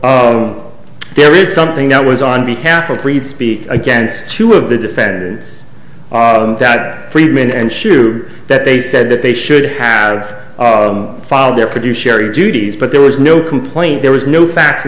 so there is something that was on behalf of greed speak against two of the defendants that friedman and hsu that they said that they should have filed their produce sherry duties but there was no complaint there was no facts